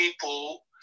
people